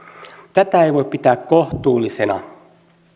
tätä ei voi pitää kohtuullisena